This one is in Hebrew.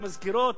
ומזכירות,